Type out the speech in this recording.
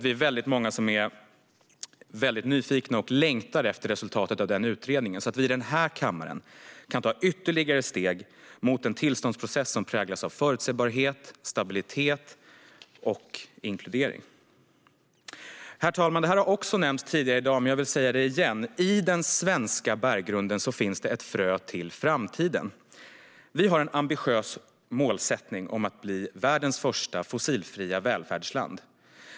Vi är nog många som är väldigt nyfikna och som längtar efter resultatet av den utredningen för att vi i den här kammaren kan ta ytterligare steg mot en tillståndsprocess som präglas av förutsägbarhet, stabilitet och inkludering. Herr talman! Det här har också nämnt tidigare i dag, men jag vill säga det igen: I den svenska berggrunden finns det ett frö till framtiden. Vi har en ambitiös målsättning om att bli världens första fossilfria välfärdsland.